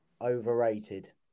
Overrated